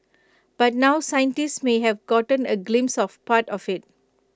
but now scientists may have gotten A glimpse of part of IT